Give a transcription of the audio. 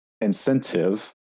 incentive